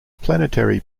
planetary